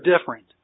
different